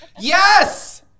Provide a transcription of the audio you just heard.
Yes